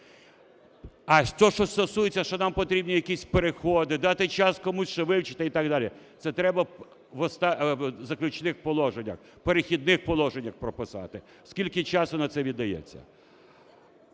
що стосується, що нам потрібні якісь переходи, дати час комусь ще вивчити і так далі, це треба заключити в положеннях, в "Перехідних положеннях" прописати скільки часу на це віддається.